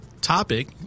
topic